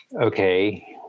okay